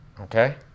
Okay